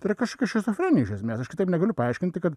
tai yra kažkokia šizofrenija iš esmės aš kitaip negaliu paaiškinti kad